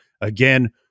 Again